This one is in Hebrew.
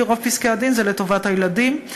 כי רוב פסקי-הדין הם לטובת הילדים.